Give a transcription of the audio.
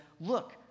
look